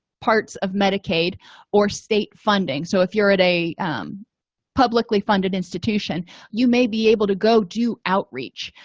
parts of medicaid or state funding so if you're at a publicly funded institution you may be able to go do outreach